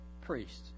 priests